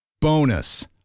Bonus